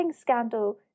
scandal